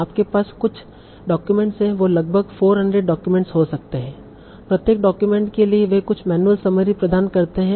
आपके पास कुछ डाक्यूमेंट्स हैं वो लगभग 400 डॉक्यूमेंट हो सकते हैं प्रत्येक डॉक्यूमेंट के लिए वे कुछ मैनुअल समरी प्रदान करते हैं